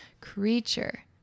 creature